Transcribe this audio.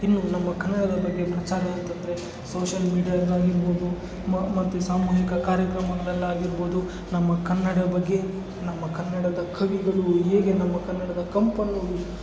ಇನ್ನು ನಮ್ಮ ಕನ್ನಡದ ಬಗ್ಗೆ ಪ್ರಚಾರ ಅಂತಂದರೆ ಸೋಷಲ್ ಮೀಡ್ಯಾದಿಂದಾಗಿರ್ಬೋದು ಮತ್ತು ಸಾಮೂಹಿಕ ಕಾರ್ಯಕ್ರಮಗಳಲ್ಲಿ ಆಗಿರ್ಬೋದು ನಮ್ಮ ಕನ್ನಡ ಬಗ್ಗೆ ನಮ್ಮ ಕನ್ನಡದ ಕವಿಗಳು ಹೇಗೆ ನಮ್ಮ ಕನ್ನಡದ ಕಂಪನ್ನು